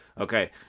Okay